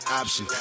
option